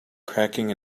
cracking